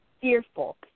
fearful